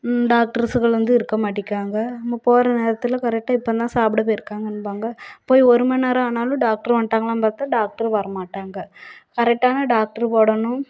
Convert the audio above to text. டாக்டர்ஸ்கள் வந்து இருக்க மாட்டிக்கிறாங்க நம்ம போகற நேரத்தில் கரெக்டாக இப்போந்தான் சாப்பிட போயிருக்காங்கம்பாங்க போய் ஒரு மண்நேரம் ஆனாலும் டாக்டர் வந்துட்டாங்களான்னு பார்த்தா டாக்டர் வர மாட்டாங்க கரெக்டான டாக்ட்ரு போடணும்